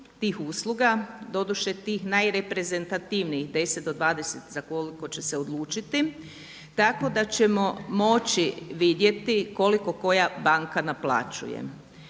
tih usluga, doduše tih najreprezentativnijih 10 do 20 za koliko će se odlučiti, tako da ćemo moći vidjeti koliko koja banka naplaćuje.